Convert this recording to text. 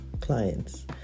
clients